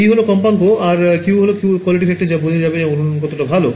এই হল কম্পাঙ্ক আর Q হল quality factor যা থেকে বোঝা যাবে অনুরণন কতো ভালো